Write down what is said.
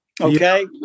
okay